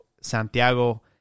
Santiago